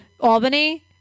Albany